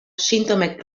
sintomek